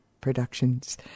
Productions